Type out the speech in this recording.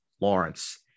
Lawrence